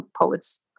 poets